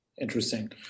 Interesting